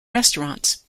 restaurants